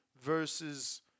versus